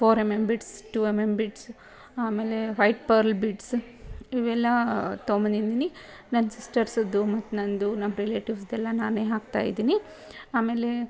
four M M beads two M M beads ಆಮೇಲೆ white pearl beads ಇವೆಲ್ಲ ತೊಗೊಂಡ್ಬಂದಿದೀನಿ ನನ್ನ ಸಿಸ್ಟರ್ಸದ್ದು ಮತ್ತು ನನ್ನದು ನಮ್ಮ ರಿಲೇಟಿವ್ಸ್ದೆಲ್ಲ ನಾನೇ ಹಾಕ್ತಾಯಿದ್ದೀನಿ ಆಮೇಲೆ